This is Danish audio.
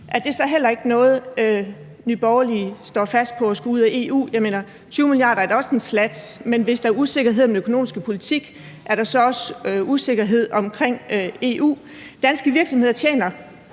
er det så heller ikke noget, som Nye Borgerlige står fast på, altså at vi skal ud af EU? Jeg mener, 20 mia. kr. er da også en slat, men hvis der er usikkerhed om den økonomiske politik, er der så også usikkerhed om EU? Danske virksomheder tjener